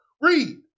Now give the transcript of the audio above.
Read